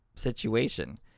Situation